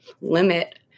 limit